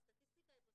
לדבר על